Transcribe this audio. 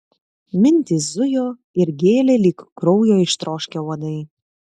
mintys zujo ir gėlė lyg kraujo ištroškę uodai